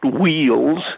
wheels